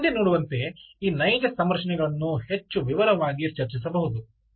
ನಾವು ಮುಂದೆ ನೋಡುವಂತೆ ಈ ನೈಜ ಸಂರಚನೆಗಳನ್ನು ಹೆಚ್ಚು ವಿವರವಾಗಿ ಚರ್ಚಿಸಬಹುದು